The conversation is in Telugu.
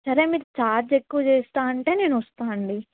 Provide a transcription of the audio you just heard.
సరే మీరు ఛార్జ్ ఎక్కువ చేస్తాను అంటే నేను వస్తాను అండి